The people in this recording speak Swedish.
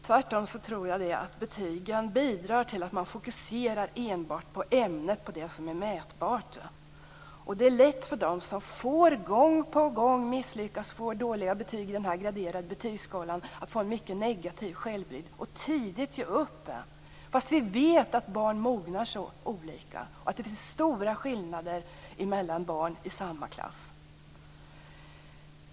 Tvärtom bidrar betygen till att man bara fokuserar på det som är mätbart i ämnet. Det är lätt att de som gång på gång misslyckas och får dåliga betyg i en graderad betygsskala får en mycket negativt självbild. De ger upp tidigt, fastän vi vet att barn mognar olika fort och att det finns stora skillnader mellan barn i samma klass.